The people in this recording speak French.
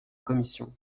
commission